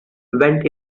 went